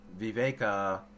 viveka